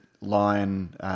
Lion